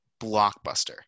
blockbuster